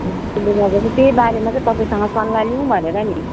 त्यसले गर्दा चाहिँ त्यहीबारेमा चाहिँ तपाईँसँग सल्लाह लिउँ भनेर नि